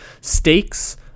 stakes